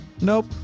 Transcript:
Nope